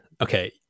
okay